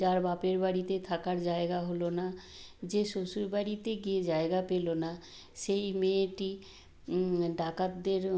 যার বাপের বাড়িতে থাকার জায়গা হলো না যে শ্বশুর বাড়িতে গিয়ে জায়গা পেল না সেই মেয়েটি ডাকাতদের